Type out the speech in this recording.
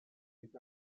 est